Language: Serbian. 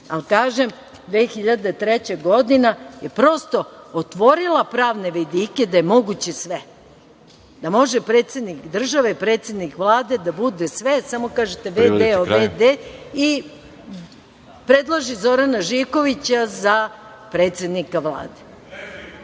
Kažem, 2003. godina je prosto otvorila pravne vidike da je moguće sve, da može predsednik države, predsednik Vlade da bude sve, samo kažete v.d. i predloži Zorana Živkovića za predsednika Vlade. **Veroljub